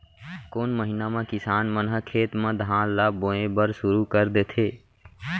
कोन महीना मा किसान मन ह खेत म धान ला बोये बर शुरू कर देथे?